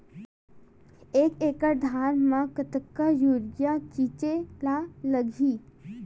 एक एकड़ धान में कतका यूरिया छिंचे ला लगही?